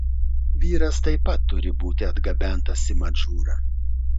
vyras taip pat turi būti atgabentas į madžūrą